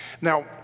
Now